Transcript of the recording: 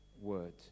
word